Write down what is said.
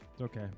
Okay